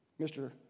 Mr